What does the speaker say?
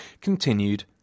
continued